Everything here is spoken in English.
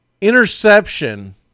interception